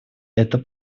это